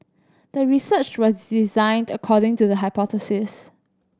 the research was designed according to the hypothesis